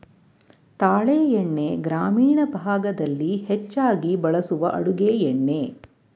ತಾಳೆ ಎಣ್ಣೆ ಗ್ರಾಮೀಣ ಭಾಗದಲ್ಲಿ ಹೆಚ್ಚಾಗಿ ಬಳಸುವ ಅಡುಗೆ ಎಣ್ಣೆ